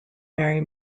mary